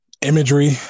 imagery